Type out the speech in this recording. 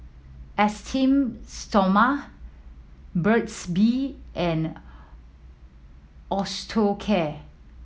Esteem Stoma Burt's Bee and Osteocare